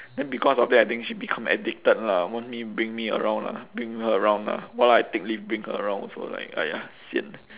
then because of that I think she become addicted lah want me bring me around lah bring her around lah !walao! I take leave bring her around also like !aiya! sian